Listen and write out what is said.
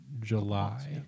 July